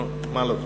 נו, מה לעשות?